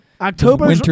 October